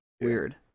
Weird